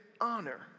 honor